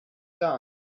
done